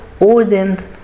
ordained